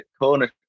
corner